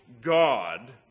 God